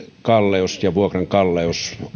kalleus ja vuokran kalleus